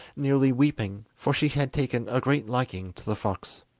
nearly weeping, for she had taken a great liking to the fox.